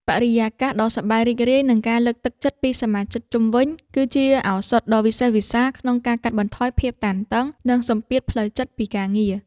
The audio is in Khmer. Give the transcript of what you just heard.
បរិយាកាសដ៏សប្បាយរីករាយ និងការលើកទឹកចិត្តពីសមាជិកជុំវិញ គឺជាឱសថដ៏វិសេសវិសាលក្នុងការកាត់បន្ថយភាពតានតឹង និងសម្ពាធផ្លូវចិត្តពីការងារ។